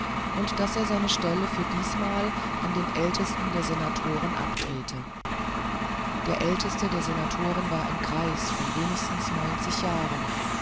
und daß er seine stelle für diesmal an den ältesten der senatoren abtrete der älteste der senatoren war ein greis von wenigstens neunzig jahren